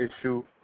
issue